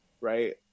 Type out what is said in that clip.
right